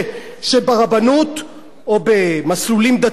שברבנות או במסלולים דתיים אחרים,